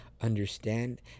Understand